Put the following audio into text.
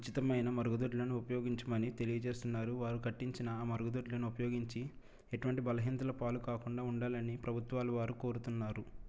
ఉచితమైన మరుగుదొడ్లను ఉపయోగించమని తెలియజేస్తున్నారు వారు కట్టించిన మరుగుదొడ్లను ఉపయోగించి ఎటువంటి బలహీనతలు పాలు కాకుండా ఉండాలని ప్రభుత్వాలు వారు కోరుతున్నారు